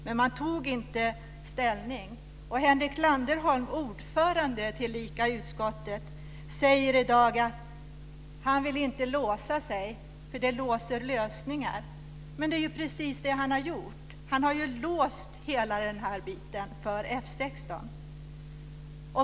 Men man tog inte ställning. Henrik Landerholm, ordförande i utskottet, säger i dag att han inte vill låsa sig och att det låser lösningar. Men det är ju precis det han har gjort. Han har låst hela denna bit för F 16.